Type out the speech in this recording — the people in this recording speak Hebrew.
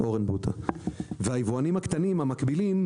היבואנים הקטנים המקבילים,